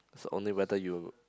so only whether you